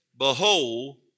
Behold